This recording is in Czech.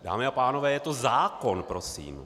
Dámy a pánové, je to zákon prosím.